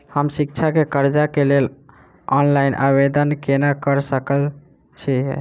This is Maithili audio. हम शिक्षा केँ कर्जा केँ लेल ऑनलाइन आवेदन केना करऽ सकल छीयै?